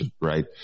right